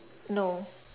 no